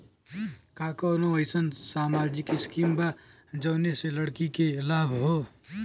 का कौनौ अईसन सामाजिक स्किम बा जौने से लड़की के लाभ हो?